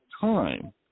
time